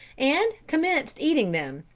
and commenced eating them,